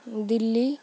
Delhi